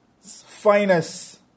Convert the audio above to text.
finest